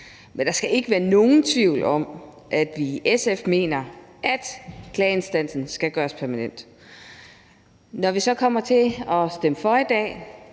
Men der skal ikke være nogen tvivl om, at vi i SF mener, at klageinstansen skal gøres permanent. Når vi så kommer til at stemme for i dag,